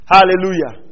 Hallelujah